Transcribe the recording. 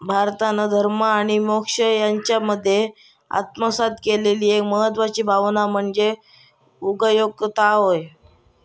भारतान धर्म आणि मोक्ष यांच्यामध्ये आत्मसात केलेली एक महत्वाची भावना म्हणजे उगयोजकता होय